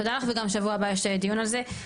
תודה לך וגם שבוע הבא יש דיון על זה.